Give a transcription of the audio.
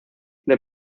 the